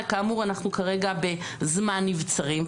אנחנו כאמור כרגע בזמן נבצרים,